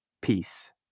peace